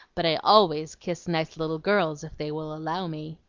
but i always kiss nice little girls if they will allow me?